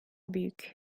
büyük